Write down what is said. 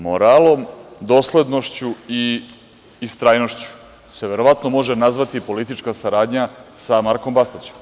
Moralom, doslednošću i istrajnošću se verovatno može nazvati politička saradnja sa Markom Bastaćem.